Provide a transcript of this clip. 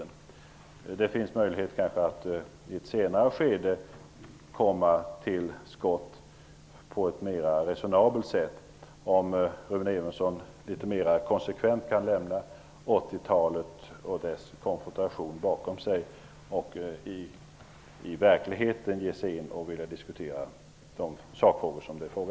Det kan finnas möjlighet till det i ett senare skede och på ett mera resonabelt sätt, om Rune Svensson kan lämna 80-talets konfrontationer bakom sig och vill diskutera sakfrågorna.